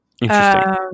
Interesting